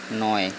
নয়